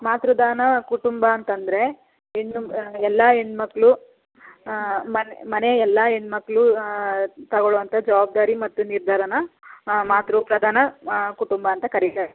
ಮಾತೃ ದಾನ ಕುಟುಂಬ ಅಂತ ಅಂದ್ರೆ ಹೆಣ್ಣು ಎಲ್ಲ ಹೆಣ್ಮಕ್ಳು ಮನೆ ಎಲ್ಲ ಹೆಣ್ಮಕ್ಳು ತೊಗೊಳ್ಳುವಂಥ ಜವಾಬ್ದಾರಿ ಮತ್ತು ನಿರ್ಧಾರನ ಮಾತೃ ಪ್ರಧಾನ ಕುಟುಂಬ ಅಂತ ಕರಿತಾರೆ